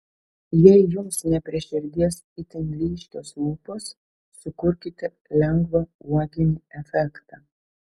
jei jums ne prie širdies itin ryškios lūpos sukurkite lengvą uoginį efektą